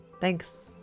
Thanks